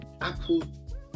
Apple